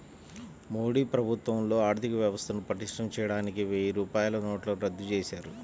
మోదీ ప్రభుత్వంలో ఆర్ధికవ్యవస్థను పటిష్టం చేయడానికి వెయ్యి రూపాయల నోట్లను రద్దు చేశారు